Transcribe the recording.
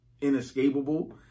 inescapable